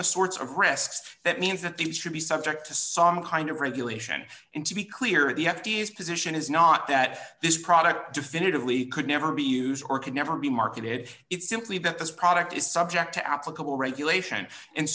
the sorts of risks that means that they should be subject to some kind of regulation and to be clear the f d a is position is not that this product definitively could never be used or could never be marketed it's simply that this product is subject to applicable regulation and